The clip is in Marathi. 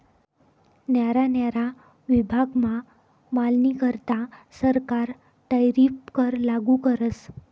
न्यारा न्यारा विभागमा मालनीकरता सरकार टैरीफ कर लागू करस